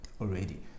already